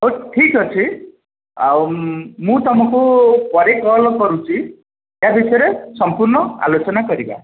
ହଉ ଠିକ୍ ଅଛି ଆଉ ମୁଁ ତୁମକୁ ପରେ କଲ୍ କରୁଛି ଏହା ବିଷୟରେ ସମ୍ପୂର୍ଣ୍ଣ ଆଲୋଚନା କରିବା